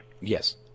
Yes